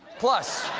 plus,